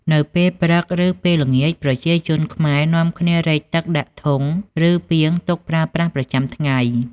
នៅពេលព្រឹក ឬ ពេលល្ងាច ប្រជាជនខ្មែរនំាគ្នារែកទឹកដាក់ធុង ឬ ពាងទុកប្រើប្រាស់ប្រចាំថ្ងៃ។